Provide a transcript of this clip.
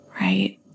right